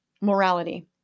morality